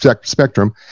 spectrum